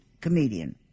comedian